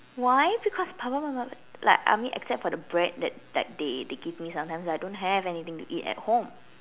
why because papa mama like I mean except for the bread that that day they give me sometimes I don't have anything to eat at home